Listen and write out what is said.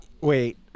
wait